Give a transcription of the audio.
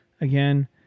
again